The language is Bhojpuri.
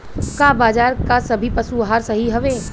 का बाजार क सभी पशु आहार सही हवें?